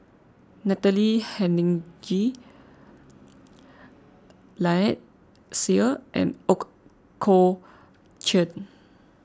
Natalie Hennedige Lynnette Seah and Ooi Kok Chuen